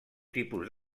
tipus